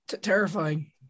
terrifying